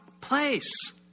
place